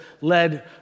led